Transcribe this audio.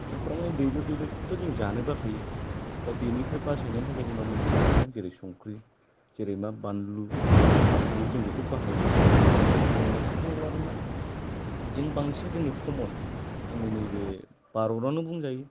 एफाबां मानि दैल' दैल'खौथ' जों जानो बाखायो दा बिनिफ्राय बासायनायनि थाखाय जोंनाव मोनसे राहा दं जेरै संख्रि जेरै मा बान्लु हालदै जों बेखौ बाहायो आरो जोंनाव मोनसे दङ आरोमा जों बांसिन जोंनि खमन जोंनि नैबे भारतावनो बुंजायो